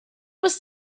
was